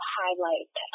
highlight